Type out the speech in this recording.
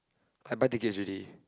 I buy tickets already